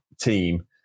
team